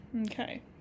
Okay